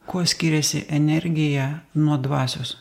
kuo skiriasi energija nuo dvasios